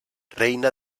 reina